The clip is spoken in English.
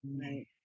Right